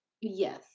Yes